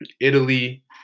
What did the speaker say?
Italy